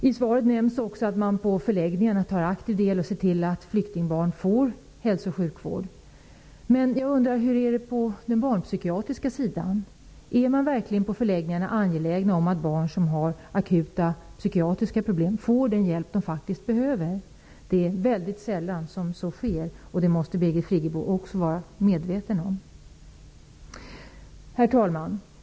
I svaret nämns också att man på förläggningarna tar aktiv del och ser till att flyktingbarn får hälso och sjukvård. Jag undrar hur det är på den barnpsykiatriska sidan. Är man på förläggningarna verkligen angelägen om att barn som har akuta psykiatriska problem får den hjälp de faktiskt behöver? Det sker väldigt sällan, och det måste också Birgit Friggebo vara medveten om. Herr talman!